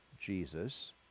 jesus